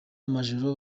amajoro